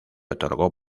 otorgó